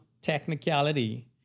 technicality